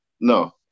No